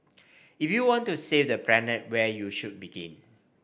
if you want to save the planet where should you begin